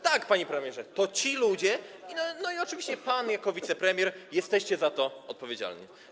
Tak, panie premierze, to ci ludzie, no i oczywiście pan jako wicepremier jesteście za to odpowiedzialni.